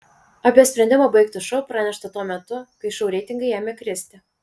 apie sprendimą baigti šou pranešta tuo metu kai šou reitingai ėmė kristi